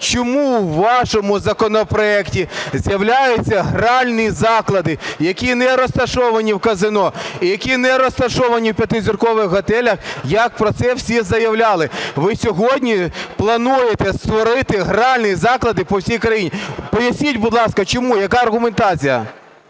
чому у вашому законопроекті з'являються гральні заклади, які не розташовані в казино, які не розташовані в п'ятизіркових готелях, як про це всі заявляли? Ви сьогодні плануєте створити гральні заклади по всій країні. Поясніть, будь ласка, чому, яка аргументація?